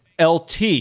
LT